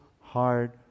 hard